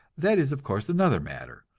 that is of course another matter.